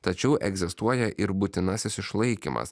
tačiau egzistuoja ir būtinasis išlaikymas